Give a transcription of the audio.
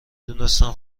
دونستم